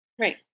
Right